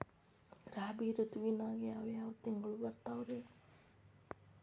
ರಾಬಿ ಋತುವಿನಾಗ ಯಾವ್ ಯಾವ್ ತಿಂಗಳು ಬರ್ತಾವ್ ರೇ?